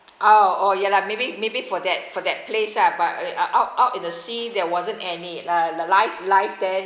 oh oh ya lah maybe maybe for that for that place ah but out out in the sea there wasn't any uh life life there